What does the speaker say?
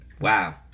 Wow